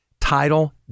title